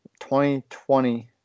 2020